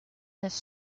this